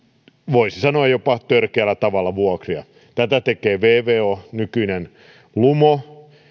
voisi sanoa jopa törkeällä tavalla vuokria tätä tekee vvo nykyinen lumo